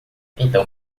então